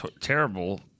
terrible